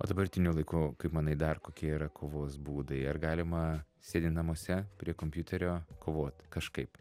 o dabartiniu laiku kaip manai dar kokie yra kovos būdai ar galima sėdint namuose prie kompiuterio kovot kažkaip